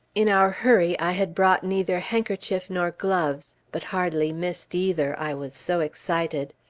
in our hurry, i had brought neither handkerchief nor gloves, but hardly missed either, i was so excited.